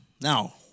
Now